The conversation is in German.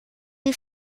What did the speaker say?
die